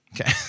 Okay